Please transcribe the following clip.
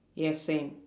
yes same